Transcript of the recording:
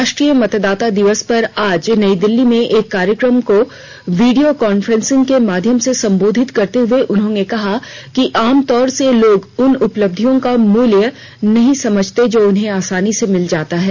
राष्ट्रीय मतदाता दिवस पर आज नई दिल्ली में एक कार्यक्रम को वीडियो कांफ्रेंस के माध्यम से संबोधित करते हुए उन्होंने कहा कि आम तौर से लोग उन उपलब्धियों का मूल्य नहीं समझते जो उन्हें आसानी से मिल जाती है